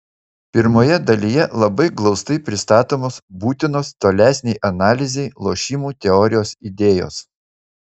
pirmoje dalyje labai glaustai pristatomos būtinos tolesnei analizei lošimų teorijos idėjos